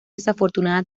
desafortunada